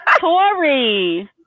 Tori